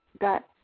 got